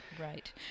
Right